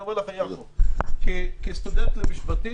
כסטודנט למשפטים,